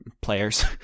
players